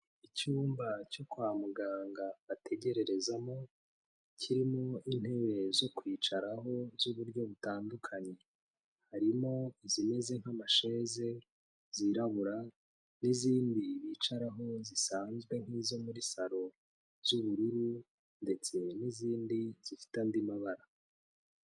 Icyumba cyo kwa muganga bategerererezamo, kirimo intebe zo kwicaraho z'uburyo butandukanye, harimo izimeze nk'amasheze zirabura n'izindi bicaraho zisanzwe nk'izo muri saro z'ubururu ndetse n'izindi zifite andi mabara.